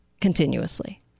Continuously